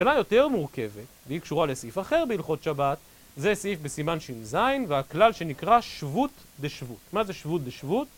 השאלה היותר מורכבת והיא קשורה לסעיף אחר בהלכות שבת זה סעיף בסימן ש״ז והכלל שנקרא שבות דשבות. מה זה שבות דשבות?